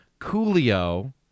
coolio